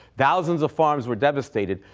thousands of farms were devastated.